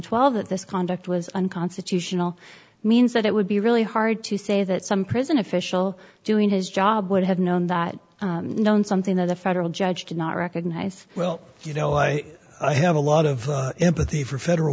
twelve that this conduct was unconstitutional means that it would be really hard to say that some prison official doing his job would i've known that something that a federal judge did not recognize well you know i i have a lot of empathy for federal